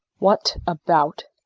what about?